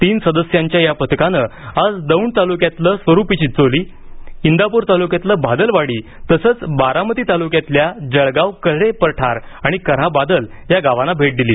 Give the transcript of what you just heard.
तीन सदस्यांच्या या पथकानं आज दौंड तालुक्यातलं स्वरूपी चिंचोली इंदाप्र तालुक्यातलं भादलवाडी तसंच बारामती तालुक्यातल्या जळगाव कऱ्हे पठार आणि कऱ्हा बादल या गावांना पथकानं भेट दिली